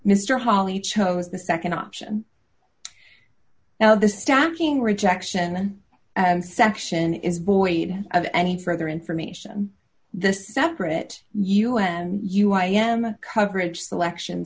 mr holley chose the nd option now the stacking rejection and section is void of any further information this separate us you i am coverage selection